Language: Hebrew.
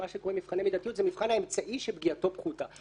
מבחן המידתיות, מבחן האמצעי שפגיעתו פחותה.